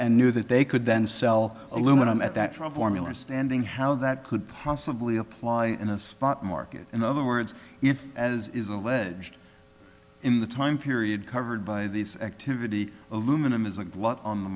and knew that they could then sell aluminum at that for a formular standing how that could possibly apply in a spot market in other words if as is alleged in the time period covered by this activity aluminum is a glut on the